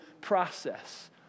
process